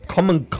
Common